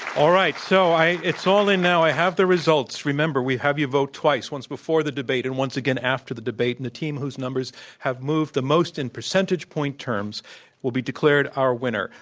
all right, so i it's all in now. i have the results. remember, we have you vote twice, once before the debate and once again after the debate. and the team whose numbers have moved the most in percentage point terms will be declared our winner.